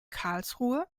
karlsruhe